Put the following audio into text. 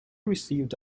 received